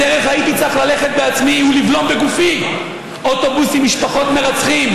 בדרך הייתי צריך ללכת בעצמי ולבלום בגופי אוטובוס עם משפחות מרצחים,